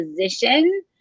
position